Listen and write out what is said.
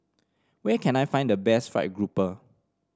where can I find the best fried grouper